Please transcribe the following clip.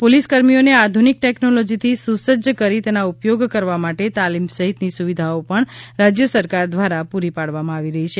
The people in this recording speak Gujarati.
પોલીસ કર્મીઓને આધુનિક ટેક્નોલોજીથી સુસજ્જ કરી તેના ઉપયોગ કરવા માટે તાલીમ સહિતની સુવિધાઓ પણ રાજ્ય સરકાર દ્વારા પૂરી પાડવામાં આવી રહી છે